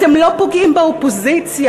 אתם לא פוגעים באופוזיציה,